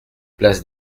place